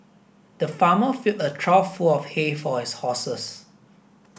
the farmer filled a trough full of hay for his horses